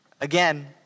Again